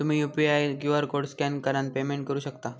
तुम्ही UPI QR code scan करान payment करू शकता